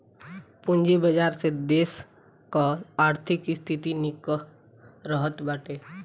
पूंजी बाजार से देस कअ आर्थिक स्थिति निक रहत बाटे